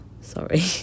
sorry